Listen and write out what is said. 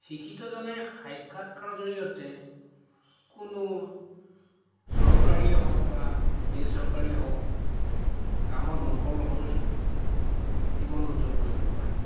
শিক্ষিত জনে সাক্ষাৎকাৰৰ জৰিয়তে কোনো চৰকাৰীয়ে হওক বা বেচৰকাৰীয়ে হওক কামত মোকল হৈ জীৱন উজ্জ্বল কৰিব পাৰে